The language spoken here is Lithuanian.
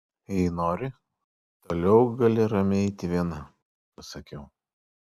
jei nori toliau gali ramiai eiti viena pasakiau